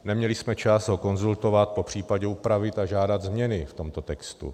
Neměli jsme čas ho konzultovat, popřípadě upravit a žádat změny v tomto textu.